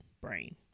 brain